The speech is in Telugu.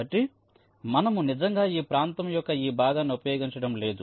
కాబట్టి మనము నిజంగా ఈ ప్రాంతం యొక్క ఈ భాగాన్ని ఉపయోగించడం లేదు